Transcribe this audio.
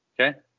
Okay